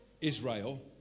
Israel